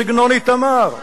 בסגנון איתמר.